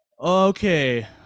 Okay